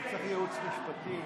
אני צריך ייעוץ משפטי.